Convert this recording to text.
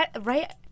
right